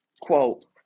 quote